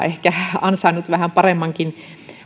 ehkä vähän paremmankin